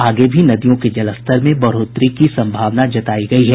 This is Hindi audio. आगे भी नदियों के जलस्तर में बढ़ोतरी की सम्भावना जतायी गयी है